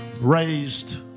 raised